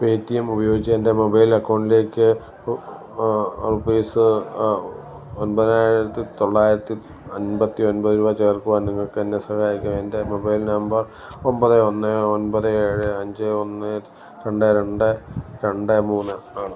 Paytm ഉപയോഗിച്ചു എൻ്റെ mobile അക്കൗണ്ടിലേക്ക് റുപ്പീസ് ഒൻപതിനായിരത്തി തൊള്ളായിരത്തി അൻപത്തി ഒൻപത് രൂപ ചേർക്കുവാൻ നിങ്ങൾക്ക് എന്നെ സഹായിക്കാമോ എൻ്റെ മൊബൈൽ നമ്പർ ഒമ്പത് ഒന്ന് ഒൻപത് ഏഴ് അഞ്ച് ഒന്ന് രണ്ട് രണ്ട് രണ്ട് മൂന്ന് ആണ്